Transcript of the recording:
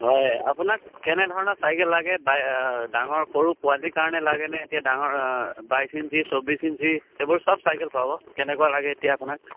হয় আপোনাক কেনেধৰণৰ চাইকেল লাগে বাই ডাঙৰ সৰু পোৱালীৰ কাৰণে লাগে নে এতিয়া ডাঙৰ বাইছ ইঞ্চি চৌব্বিছ ইঞ্চি এইবোৰ চব চাইকেল পাব কেনেকুৱা লাগে এতিয়া আপোনাক